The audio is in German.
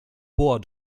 bor